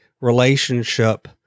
relationship